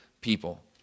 people